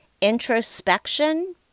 introspection